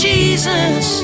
Jesus